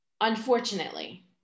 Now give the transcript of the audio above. unfortunately